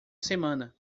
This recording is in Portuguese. semana